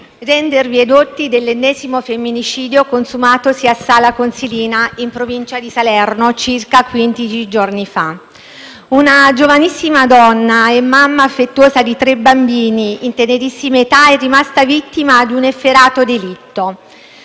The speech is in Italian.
rendervi edotti dell'ennesimo femminicidio consumatosi a Sala Consilina, in provincia di Salerno, circa quindici giorni fa. Una giovanissima donna e mamma affettuosa di tre bambini in tenerissima età è rimasta vittima di un efferato delitto.